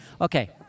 Okay